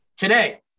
Today